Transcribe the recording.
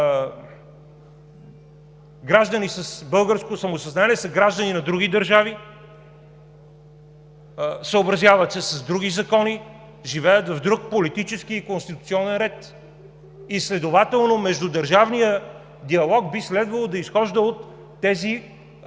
граждани с българско самосъзнание са граждани на други държави, съобразяват се с други закони, живеят в друг политически и конституционен ред. Следователно междудържавният диалог би следвало да изхожда от тези